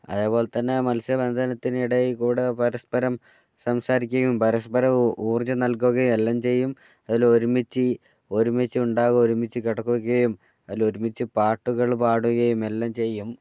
അതേപോലെ തന്നെ മത്സ്യബന്ധനത്തിന് ഇടയിൽക്കൂടി പരസ്പരം സംസാരിക്കുകയും പരസ്പരം ഊർജ്ജം നൽകുകയും എല്ലാം ചെയ്യും അതിലൊരുമിച്ച് ഒരുമിച്ച് ഉണ്ടാകും ഒരുമിച്ച് കിടക്കുകയും അതിലൊരുമിച്ച് പാട്ടുകൾ പാടുകയും എല്ലാം ചെയ്യും